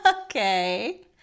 Okay